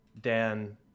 dan